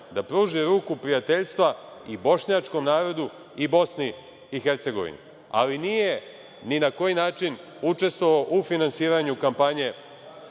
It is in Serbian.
da pruži ruku prijateljstva i bošnjačkom narodu i BiH, ali nije ni na koji način učestvovao u finansiranju kampanje